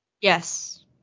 Yes